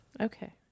Okay